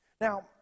Now